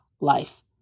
life